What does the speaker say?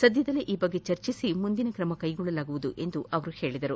ಸದ್ಯದಲ್ಲೇ ಈ ಬಗ್ಗೆ ಚರ್ಚಿಸಿ ಮುಂದಿನ ಕ್ರಮ ಕೈಗೊಳ್ಳಲಾಗುವುದು ಎಂದು ಹೇಳಿದರು